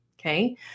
Okay